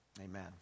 Amen